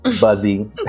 buzzy